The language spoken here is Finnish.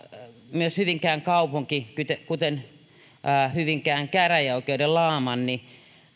myös hyvinkään kaupunki kuten hyvinkään käräjäoikeuden laamanni